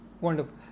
Wonderful